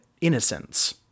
innocence